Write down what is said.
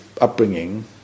upbringing